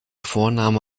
vorname